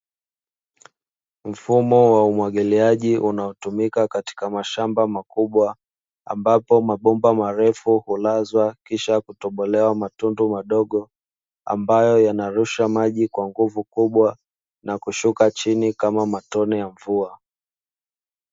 Mfumo wa umwagiliaji uanotumika katika mashamba makubwa, ambapo mabomba marefu hulazwa kisha kutobolewa matundu madogo, ambayo yanarusha maji kwa nguvu kubwa na kushuka chini kama matone ya mvua.